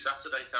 Saturday